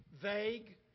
vague